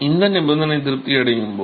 இந்த நிபந்தனை திருப்தி அடையும் போது